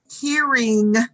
Hearing